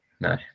No